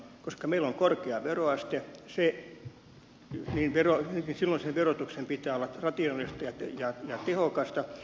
koska meillä on korkea veroaste niin silloin sen verotuksen pitää olla rationaalista ja tehokasta